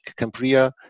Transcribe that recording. Campria